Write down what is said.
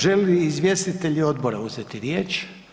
Žele li izvjestitelji odbora uzeti riječ?